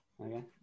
Okay